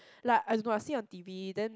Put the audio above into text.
like I don't know I see on T_V then